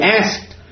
asked